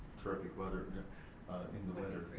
terrific weather and in the winter,